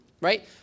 right